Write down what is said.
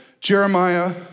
Jeremiah